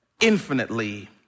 infinitely